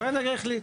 שר האנרגיה החליט.